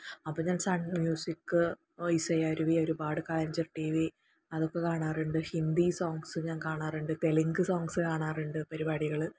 അപ്പോൾ ഞാന് Sun music Isai Aruvi ഒരുപാട് കലൈഞ്ജര് ടിവി അതൊക്കെ കാണാറുണ്ട് ഹിന്ദി സോങ്ങ്സ് ഞാന് കാണാറുണ്ട് തെലുങ്ക് സോങ്ങ്സ് കാണാറുണ്ട് പരിപാടികള്